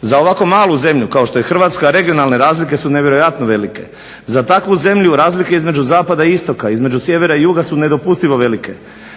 Za ovako malu zemlju kao što je Hrvatska regionalne razlike su nevjerojatno velike. Za takvu zemlju razlike između zapada i istoga između sjevera i juga su nedopustivo velike.